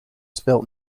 spilt